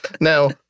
Now